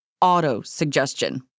auto-suggestion